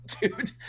dude